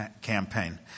Campaign